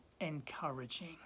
encouraging